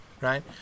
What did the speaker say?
right